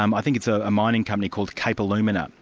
um i think it's a mining company called cape alumina,